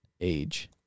Age